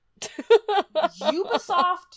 Ubisoft